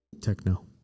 Techno